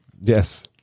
Yes